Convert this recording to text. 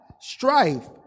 Strife